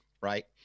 right